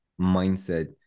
mindset